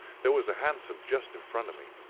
there was a hansom just in front of me,